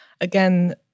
again